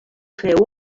fer